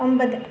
ഒമ്പത്